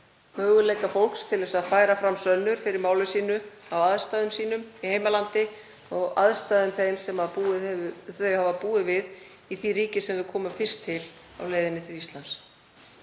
möguleika fólks til að færa fram sönnur fyrir máli sínu á aðstæðum sínum í heimalandinu og aðstæðum þeim sem það hefur búið við í því ríki sem það kom fyrst til á leiðinni til Íslands.